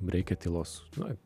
reikia tylos na